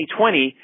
2020